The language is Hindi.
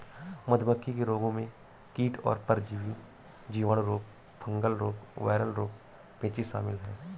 मधुमक्खी के रोगों में कीट और परजीवी, जीवाणु रोग, फंगल रोग, वायरल रोग, पेचिश शामिल है